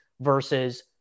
versus